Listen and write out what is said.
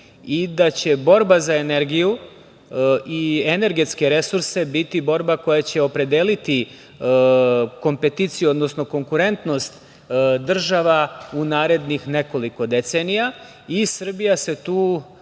i da će borba za energiju i energetske resurse biti borba koja će opredeliti kompeticiju odnosno konkurentnost država u narednih nekoliko decenija i Srbija se za